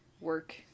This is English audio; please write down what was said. work